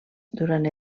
durant